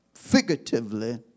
Figuratively